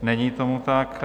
Není tomu tak.